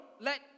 let